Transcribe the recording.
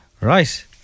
Right